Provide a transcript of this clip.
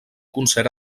concert